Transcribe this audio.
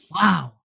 wow